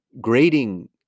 grading